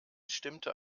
stimmte